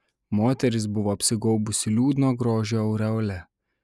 moteris buvo apsigaubusi liūdno grožio aureole